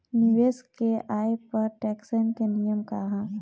निवेश के आय पर टेक्सेशन के नियम का ह?